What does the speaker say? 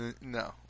No